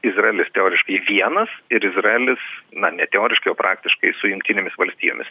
izraelis teoriškai vienas ir izraelis na ne teoriškai o praktiškai su jungtinėmis valstijomis